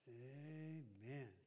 Amen